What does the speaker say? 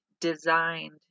designed